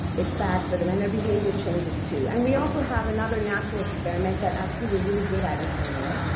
it's bad for them. and their behavior changes too. and we also have another natural experiment that, actually, we're really good at in canada.